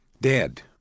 dead